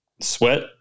Sweat